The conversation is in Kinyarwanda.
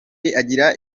agira